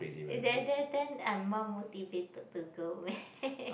and then they then I mum motivated to go meh